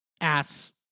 ass